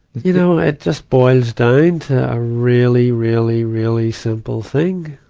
you know, it just boils down to a really, really, really simple thing.